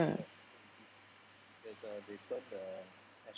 mm